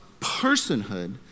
personhood